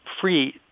free